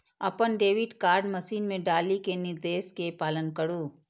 अपन debit card machine मे डालि कें निर्देश के पालन करु